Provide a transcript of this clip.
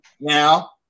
Now